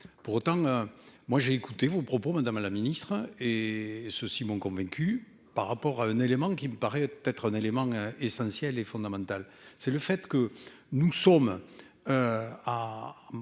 pour autant. Moi j'ai écouté vos propos Madame la Ministre et ceci m'ont convaincu par rapport à un élément qui me paraît être un élément essentiel et fondamental, c'est le fait que nous sommes.